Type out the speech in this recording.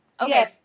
okay